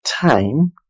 time